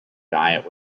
diet